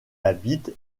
habite